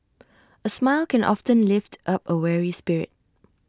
A smile can often lift up A weary spirit